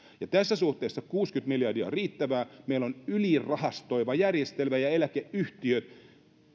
ja tässä suhteessa kuusikymmentä miljardia on riittävä meillä on ylirahastoiva järjestelmä ja eläkeyhtiöt